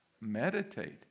meditate